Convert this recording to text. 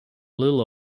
little